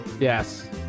Yes